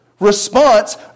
response